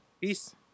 Peace